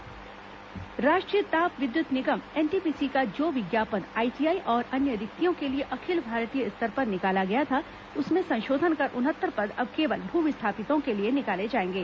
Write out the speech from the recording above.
NTPC विज्ञापन राष्ट्रीय ताप विद्युत निगम एनटीपीसी का जो विज्ञापन आईटीआई और अन्य रिक्तियों के लिए अखिल भारतीय स्तर पर निकाला गया था उसमें संशोधन कर उनहत्तर पद अब केवल भू विस्थापितों के लिए निकाले जाएंगे